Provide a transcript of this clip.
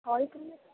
कोल क्रियते